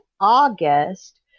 august